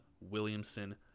Williamson